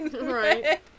Right